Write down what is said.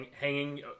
hanging